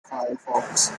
firefox